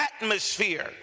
atmosphere